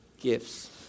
gifts